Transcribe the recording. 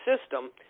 system